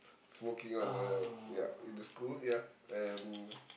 smoking on the yeah in the school yeah and